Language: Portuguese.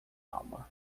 alma